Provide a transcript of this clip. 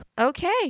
Okay